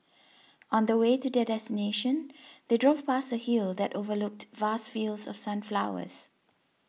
on the way to their destination they drove past a hill that overlooked vast fields of sunflowers